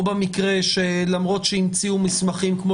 או במקרה שלמרות שהמציאו מסמכים כמו